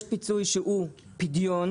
יש פיצוי שהוא פדיון,